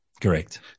correct